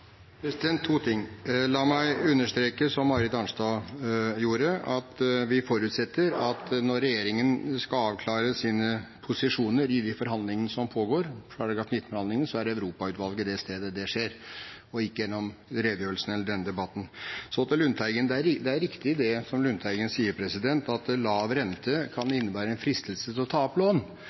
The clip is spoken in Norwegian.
To ting: La meg understreke, som Marit Arnstad gjorde, at vi forutsetter at når regjeringen skal avklare sine posisjoner i de forhandlingene som pågår, artikkel 19-forhandlingene, er Europa-utvalget det stedet der det skjer, og ikke gjennom redegjørelsen eller denne debatten. Så til Lundteigen: Det er riktig det som Lundteigen sier, at lav rente kan innebære en fristelse til å ta opp lån,